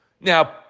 Now